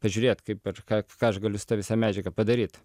pažiūrėt kaip per ką ką aš galiu su ta visa medžiaga padaryt